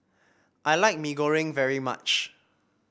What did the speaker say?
I like Mee Goreng very much